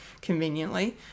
conveniently